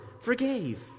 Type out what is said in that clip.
forgave